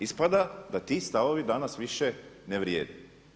Ispada da ti stavovi danas više ne vrijede.